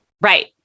Right